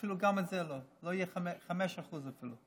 אפילו גם זה לא, לא יהיו 5% אצלו.